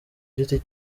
giti